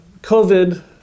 COVID